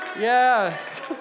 Yes